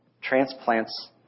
transplants